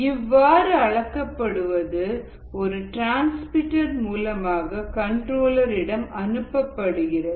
இவ்வாறு அளக்கப்படுவது ஒரு டிரான்ஸ்மிட்டர் மூலமாக கண்ட்ரோலர் இடம் அனுப்பப்படுகிறது